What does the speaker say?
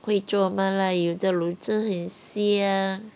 会做吗 lah 有的卤汁很香